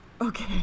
Okay